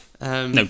No